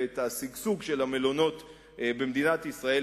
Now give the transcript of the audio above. ואת השגשוג של המלונות במדינת ישראל,